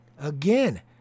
Again